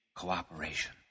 cooperation